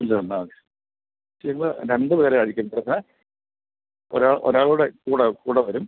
ഇല്ല എന്നാൽ ഇന്ന് രണ്ട് പേരായിരിക്കും വരുന്നത് ഒരാൾ ഒരാൾ കൂടെ കൂടെ കൂടെ വരും